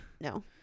No